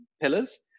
pillars